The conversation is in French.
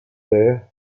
père